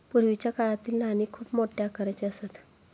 पूर्वीच्या काळातील नाणी खूप मोठ्या आकाराची असत